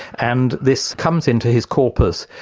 and this comes into his corpus,